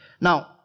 Now